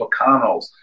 McConnells